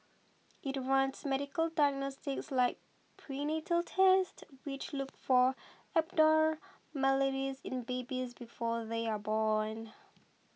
it runs medical diagnostics like prenatal tests which look for abnormalities in babies before they are born